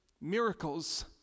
miracles